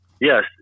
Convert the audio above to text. Yes